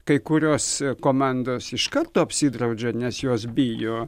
kai kurios komandos iš karto apsidraudžia nes jos bijo